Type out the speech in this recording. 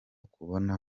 kubona